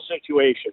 situation